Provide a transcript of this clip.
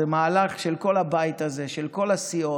זה מהלך של כל הבית הזה, של כל הסיעות.